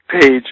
page